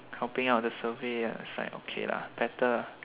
copying out the survey lah it's like okay lah better